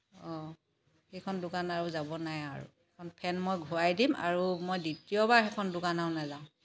অ' সেইখন দোকান আৰু যাব নাই আৰু সেইখন ফেন মই ঘূৰাই দিম আৰু মই দ্বিতীয়বাৰ সেইখন দোকান আৰু নাযাওঁ